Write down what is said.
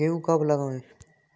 गेहूँ कब लगाएँ?